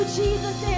jesus